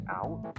out